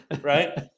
right